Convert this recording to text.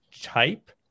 type